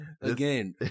Again